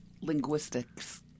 Linguistics